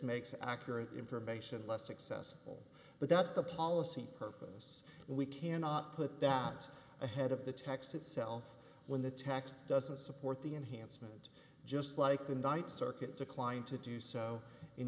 makes accurate information less access all but that's the policy purpose we cannot put that ahead of the text itself when the text doesn't support the enhancement just like the night circuit declined to do so in